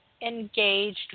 engaged